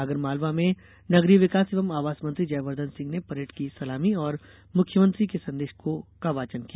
आगरमालवा में नगरीय विकास एवं आवास मंत्री जयवर्द्वन सिंह ने परेड की सलामी और मुख्यमंत्री के संदेश को वाचन किया